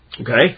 Okay